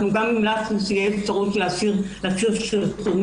גם המלצנו שתהיה אפשרות להסיר סרטונים.